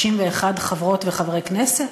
61 חברות וחברי כנסת,